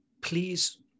please